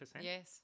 Yes